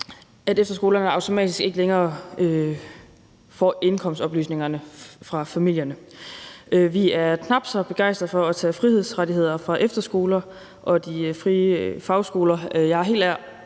at efterskolerne automatisk ikke længere får indkomstoplysninger fra familierne. Vi er knap så begejstrede for at tage frihedsrettigheder fra efterskoler og de frie fagskoler. Jeg har helt